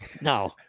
no